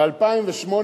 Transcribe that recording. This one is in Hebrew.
ב-2008,